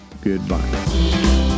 Goodbye